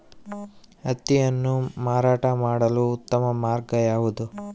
ಹತ್ತಿಯನ್ನು ಮಾರಾಟ ಮಾಡಲು ಉತ್ತಮ ಮಾರ್ಗ ಯಾವುದು?